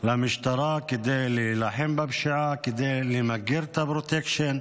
למשטרה כדי להילחם בפשיעה, כדי למגר את הפרוטקשן,